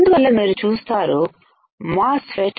అందువల్ల మీరు చూస్తారు మాస్ ఫెట్